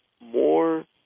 more